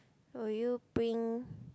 will you bring